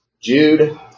Jude